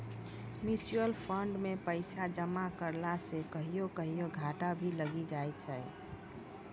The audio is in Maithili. म्यूचुअल फंड मे पैसा जमा करला से कहियो कहियो घाटा भी लागी जाय छै